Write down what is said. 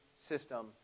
system